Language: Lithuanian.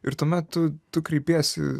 ir tuomet tu tu kreipiesi